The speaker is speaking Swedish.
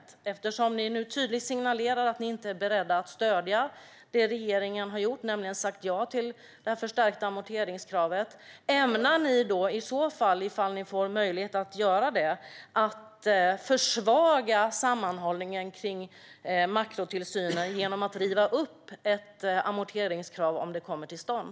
Ni signalerar nu tydligt att ni inte är beredda att stödja det regeringen har gjort, nämligen sagt ja till det förstärkta amorteringskravet. Ämnar ni därmed, om ni får möjlighet, försvaga sammanhållningen kring makrotillsynen genom att riva upp ett amorteringskrav om det kommer till stånd?